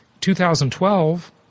2012